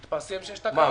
כשהתפרסם שיש תקנות --- מה,